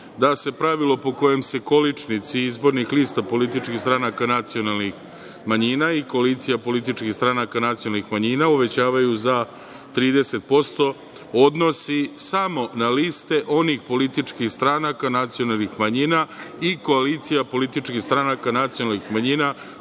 da se pravilo po kojem se količnici izbornih lista političkih stranaka nacionalnih manjina i koalicija političkih stranaka nacionalnih manjina uvećavaju za 30%, odnosi samo na liste onih političkih stranaka nacionalnih manjina i koalicija političkih stranaka nacionalnih manjina